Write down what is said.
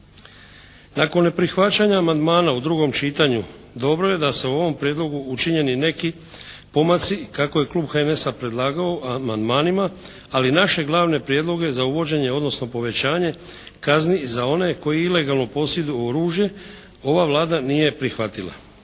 Nakon neprihvaćanja amandmana u drugom čitanju dobro je da se u ovom Prijedlogu učinjeni neki pomaci kako je klub HNS-a predlagao u amandmanima, ali naše glavne prijedloge za uvođenje, odnosno povećanje kazni za one koji ilegalno posjeduju oružje ova Vlada nije prihvatila.